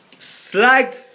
Slag